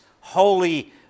holy